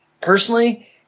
personally